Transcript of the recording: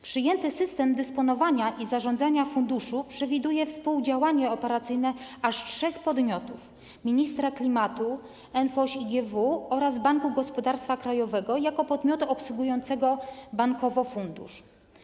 Przyjęty system dysponowania i zarządzania funduszem przewiduje współdziałanie operacyjne aż trzech podmiotów: ministra klimatu, NFOŚiGW oraz Banku Gospodarstwa Krajowego jako podmiotu obsługującego bankowo fundusz.